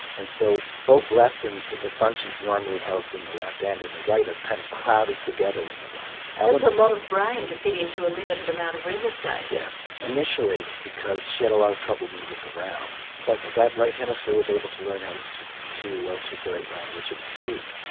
and so both left and the functions normally housed in the left and in the right are kind of crowded together in the right. that's a lot of brain to fit into a limited amount of real estate. yes. initially because she had a lot of trouble moving around but that right hemisphere was able to learn how to so to articulate language and speak.